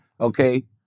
Okay